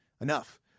enough